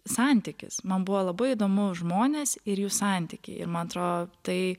santykis man buvo labai įdomu žmonės ir jų santykiai ir man atro tai